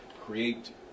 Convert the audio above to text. create